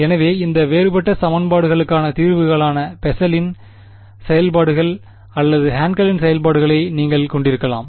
எனவே இந்த வேறுபட்ட சமன்பாட்டிற்கான தீர்வுகளான பெசலின் செயல்பாடுகள் அல்லது ஹென்கலின் செயல்பாடுகளை நீங்கள் கொண்டிருக்கலாம்